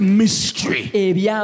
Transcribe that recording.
mystery